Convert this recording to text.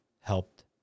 helped